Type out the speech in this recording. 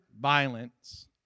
violence